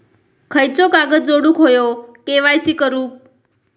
खयचो कागद जोडुक होयो के.वाय.सी करूक?